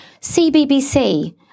CBBC